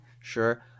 sure